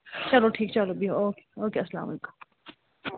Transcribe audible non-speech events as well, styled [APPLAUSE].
چلو ٹھیٖک چلو بِہِو اوکے اوکے اَلسلامُ علیکُم [UNINTELLIGIBLE]